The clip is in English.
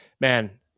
man